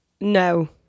no